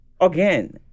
again